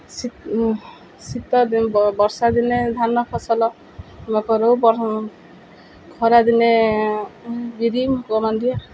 ଶୀତିଦିନ ବର୍ଷା ଦିନେ ଧାନ ଫସଲ ଆମେ କରୁ ଖରାଦିନେ ବିରି ମୁଗ ମାଣ୍ଡିିଆ